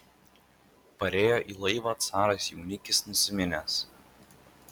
parėjo į laivą caras jaunikis nusiminęs